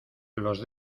los